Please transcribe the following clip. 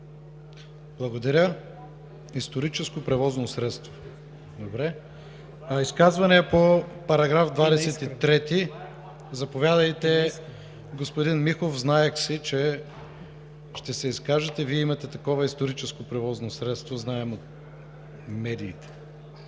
Благодаря. „Историческо превозно средство“ – добре. Изказвания по § 23? Заповядайте, господин Михов. Знаех си, че ще се изкажете. Вие имате такова „историческо превозно средство“. Знаем от медиите.